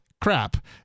crap